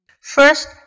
First